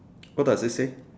what does it say